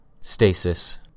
Stasis